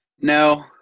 No